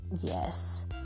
yes